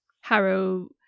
Harrow